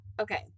Okay